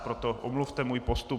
Proto omluvte můj postup.